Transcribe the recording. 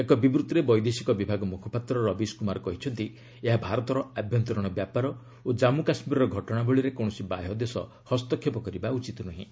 ଏକ ବିବୃତ୍ତିରେ ବୈଦେଶିକ ବିଭାଗ ମୁଖପାତ୍ର ରବିଶ କୁମାର କହିଛନ୍ତି ଏହା ଭାରତର ଆଭ୍ୟନ୍ତରୀଣ ବ୍ୟାପାର ଓ ଜାମ୍ମୁ କାଶ୍ମୀରର ଘଟଣାବଳୀରେ କୌଣସି ବାହ୍ୟଦେଶ ହସ୍ତକ୍ଷେପ କରିବା ଉଚିତ୍ ନୁହେଁ